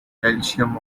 calcium